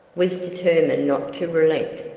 was determined not to relent,